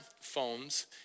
phones